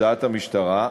הודעת המשטרה,